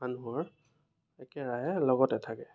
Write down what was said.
মানুহৰ একেৰাহে লগতে থাকে